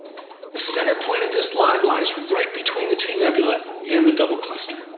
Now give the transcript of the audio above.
the centerpoint of this line lies right between the two nebulae and the double cluster.